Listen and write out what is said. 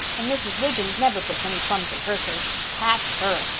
and mrs. wiggins never puts any plums in her cakes. catch her!